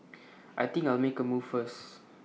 I think I'll make A move first